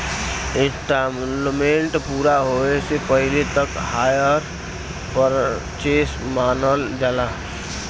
instalment पूरा होये से पहिले तक हायर परचेस मानल जाला